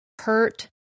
hurt